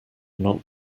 not